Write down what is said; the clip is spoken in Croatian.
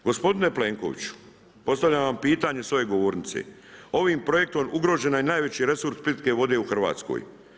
Gospodine Plenkoviću, postavljam vam pitanje sa ove govornice, ovim projektom ugroženi je i najveći resurs pitke vode u Hrvatskoj.